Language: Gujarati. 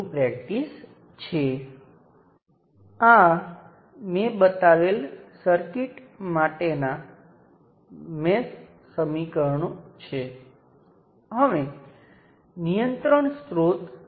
હવે સામાન્ય રીતે જો તમારી પાસે આ બે અલગ સર્કિટ હોય તો તે ફક્ત એક જ વાયર દ્વારા જોડાયેલ છે કિર્ચોફના નિયમ પરથી કરંટ શૂન્ય હોવો જોઈએ